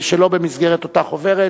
שלא במסגרת אותה חוברת.